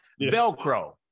Velcro